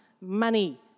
money